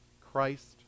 Christ